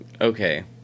Okay